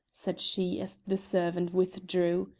said she as the servant withdrew.